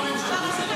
כעת.